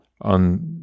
on